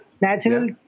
natural